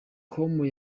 com